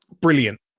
brilliant